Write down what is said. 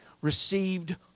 received